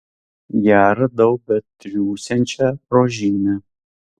ją radau betriūsiančią rožyne